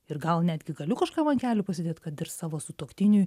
ir gal netgi galiu kažkam ant kelių pasėdėt kad ir savo sutuoktiniui